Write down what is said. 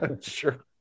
Sure